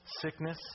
sickness